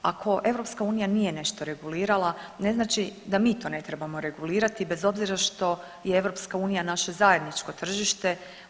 Ako EU nije nešto regulirala ne znači da mi to ne trebamo regulirati bez obzira što je EU naše zajedničko tržište.